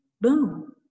boom